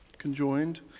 conjoined